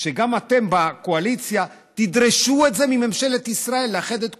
שגם אתם בקואליציה תדרשו את זה ממשלת ישראל: לאחד את כולם,